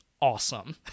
awesome